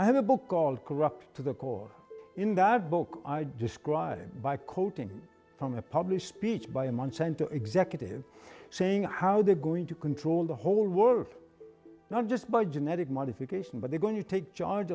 i have a book called corrupt to the core in that book i described by quoting from a published speech by a monsanto executive saying how they're going to control the whole world not just by genetic modification but they're going to take charge